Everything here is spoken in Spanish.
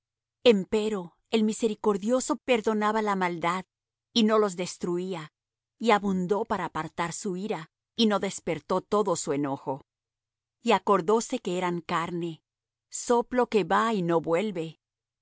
en su pacto empero él misericordioso perdonaba la maldad y no los destruía y abundó para apartar su ira y no despertó todo su enojo y acordóse que eran carne soplo que va y no vuelve